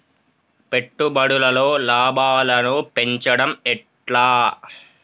పెట్టుబడులలో లాభాలను పెంచడం ఎట్లా?